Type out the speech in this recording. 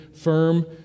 firm